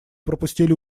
пропустили